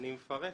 אני מפרט.